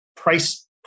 Price